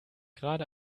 gerade